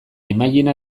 imajina